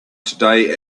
today